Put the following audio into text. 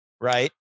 Right